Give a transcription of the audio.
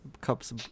cups